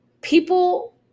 people